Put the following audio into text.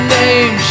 name